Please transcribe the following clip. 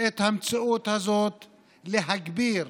את המציאות הזאת להגביר